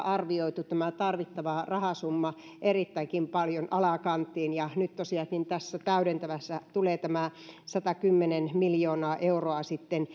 arvioitu tämä tarvittava rahasumma erittäinkin paljon alakanttiin ja nyt tosiaankin tässä täydentävässä tulee tämä satakymmentä miljoonaa euroa